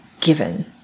given